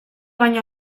baino